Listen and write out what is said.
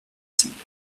ceiling